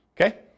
okay